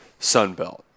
Sunbelt